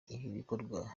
ibikorwa